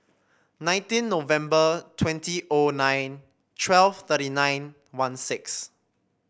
nineteen November twenty O nine twelve thirty nine one six